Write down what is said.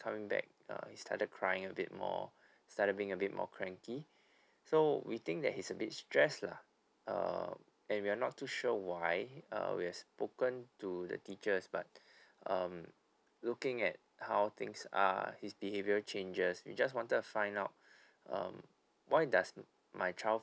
coming back uh he started crying a bit more started being a bit more cranky so we think that he is a bit stress lah err and we're not too sure why uh we have spoken to the teachers but um looking at how things are his behavior changes we just wanted to find out um why does my child